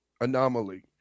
Anomaly